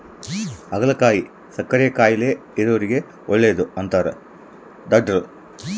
ಹಾಗಲಕಾಯಿ ಸಕ್ಕರೆ ಕಾಯಿಲೆ ಇರೊರಿಗೆ ಒಳ್ಳೆದು ಅಂತಾರ ಡಾಟ್ರು